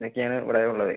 ഇതൊക്കെയാണ് ഇവിടെ ഉള്ളത്